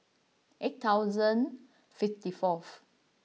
eight thousand fifty fourth